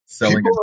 selling